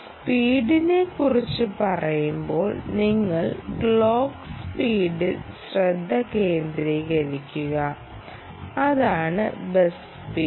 സ്പീഡിനെക്കുറിച്ച് പറയുമ്പോൾ നിങ്ങൾ ക്ലോക്ക് സ്പീഡിൽ ശ്രദ്ധ കേന്ദ്രീകരിക്കുക അതാണ് ബസ് സ്പീഡ്